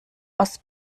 aus